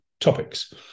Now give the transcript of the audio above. topics